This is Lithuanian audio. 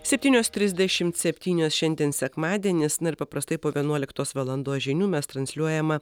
septynios trisdešimt septynios šiandien sekmadienis na ir paprastai po vienuoliktos valandos žinių mes transliuojama